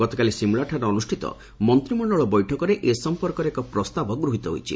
ଗତକାଲି ସିମ୍ଳାଠାରେ ଅନୁଷ୍ଠିତ ମନ୍ତିମଣ୍ଡଳ ବୈଠକରେ ଏ ସଂପର୍କରେ ଏକ ପ୍ରସ୍ତାବ ଗୃହୀତ ହୋଇଛି